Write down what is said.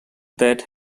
that